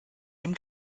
dem